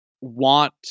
want